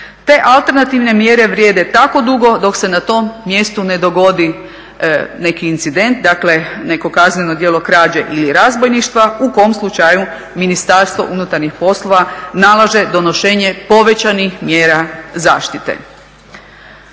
Te alternativne mjere zaštite vrijede tako dugo dok se na tom mjestu ne dogodi neki incident, dakle neko kazneno djelo krađe ili razbojništva u kom slučaju Ministarstvo unutarnjih poslova nalaže donošenje povećanih mjera zaštite.